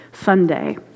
sunday